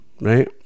right